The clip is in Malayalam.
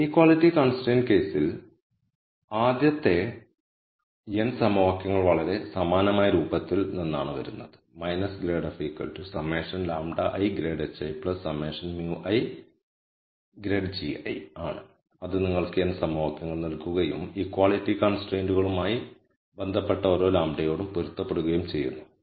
ഇനീക്വാളിറ്റി കൺസ്ട്രയിന്റ് കേസിൽ ആദ്യത്തെ n സമവാക്യങ്ങൾ വളരെ സമാനമായ രൂപത്തിൽ നിന്നാണ് വരുന്നത് ∇fλi μi ആണ് അത് നിങ്ങൾക്ക് n സമവാക്യങ്ങൾ നൽകുകയും ഇക്വാളിറ്റി കൺസ്ട്രൈയ്ന്റുകളുമായി ബന്ധപ്പെട്ട ഓരോ യോടും പൊരുത്തപ്പെടുകയും ചെയ്യുന്നു